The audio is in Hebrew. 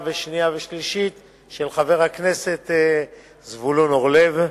הצעתו של חבר הכנסת זבולון אורלב.